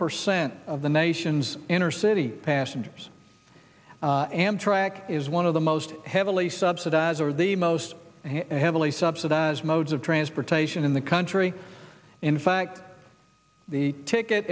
percent of the nation's inner city passengers and amtrak is one of the most heavily subsidize or the most heavily subsidized modes of transportation in the country in fact the ticket